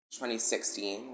2016